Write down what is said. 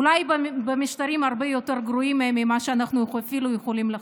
אולי במשטרים הרבה יותר גרועים ממה שאנחנו אפילו יכולים לחשוב.